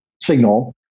signal